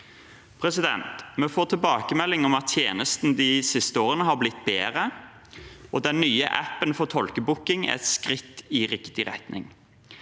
er klok. Vi får tilbakemelding om at tjenesten de siste årene har blitt bedre, og at den nye appen for tolkebooking er et skritt i riktig retning.